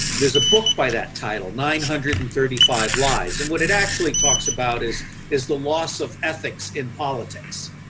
there's a book by that title, nine hundred and thirty five lies and what it actually talks about is is the loss of ethics in politics.